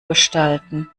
gestalten